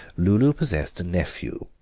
lulu possessed a nephew,